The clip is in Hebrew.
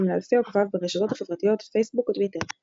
לאלפי עוקביו ברשתות החברתיות פייסבוק וטוויטר.